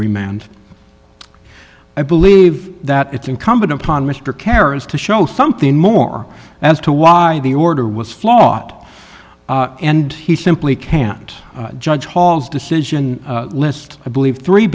remand i believe that it's incumbent upon mr carers to show something more as to why the order was flawed and he simply can't judge paul's decision list i believe three